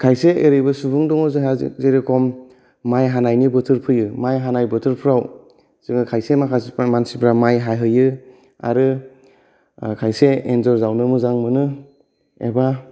खायसे एरैबो सुबुं दं जोंहा जेरखम माइ हानायनि बोथोर फैयो माइ हानाय बोथोरफोराव जों खायसे माखासे मानसिफोरा माइ हाहैयो आरो खायसे एन्जर जावनो मोजां मोनो एबा